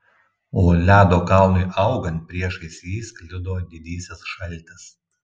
o ledo kalnui augant priešais jį sklido didysis šaltis